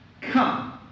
Come